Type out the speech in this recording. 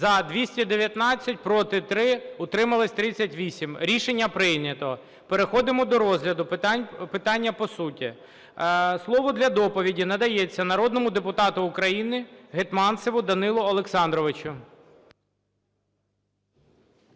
За – 219, проти – 3, утрималось – 38. Рішення прийнято. Переходимо до розгляду питання по суті. Слово для доповіді надається народному депутату України Гетманцеву Данилу Олександровичу.